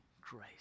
grace